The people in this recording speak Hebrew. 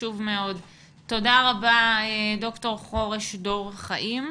תודה רבה ד"ר דור חיים חורש.